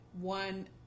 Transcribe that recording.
one